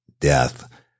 death